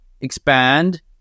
Expand